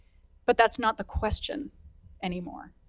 but that's not the question anymore.